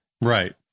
Right